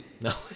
No